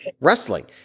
wrestling